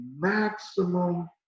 maximum